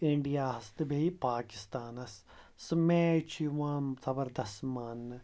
اِنڈیاہَس تہٕ بیٚیہِ پاکِستانَس سُہ میچ چھِ یِوان زبردَس ماننہٕ